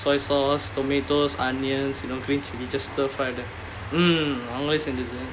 soy sauce tomatoes onions you know green chili just stir fry like that mm அவங்களே செஞ்சது:avangalae senjathu